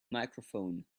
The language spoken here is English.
microphone